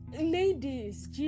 ladies